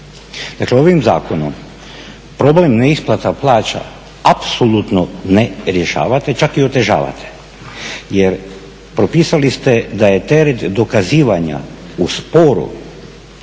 ovim zakonom problem neisplata plaća apsolutno ne rješavate, čak i otežavate. Jer propisali ste da je teret dokazivanja u sporu